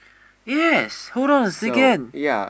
yes hold on a second